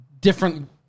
Different